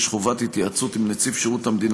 יש חובת התייעצות עם נציב שירות המדינה